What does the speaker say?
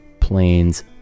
planes